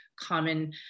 common